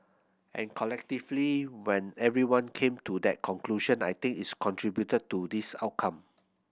and collectively when everyone came to that conclusion I think its contributed to this outcome